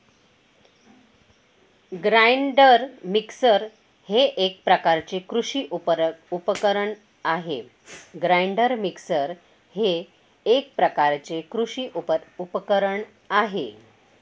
grinder mixer हे एक प्रकारचे कृषी उपकरण आहे